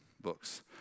books